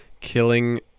killing